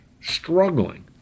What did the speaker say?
struggling